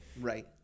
Right